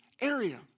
area